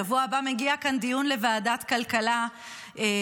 בשבוע הבא מגיע כאן דיון לוועדת הכלכלה על